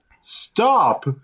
stop